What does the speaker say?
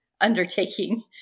undertaking